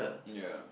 ya